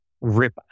rip